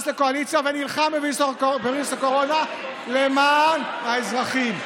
לקואליציה ונלחם בווירוס הקורונה למען האזרחים,